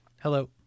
Hello